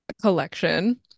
collection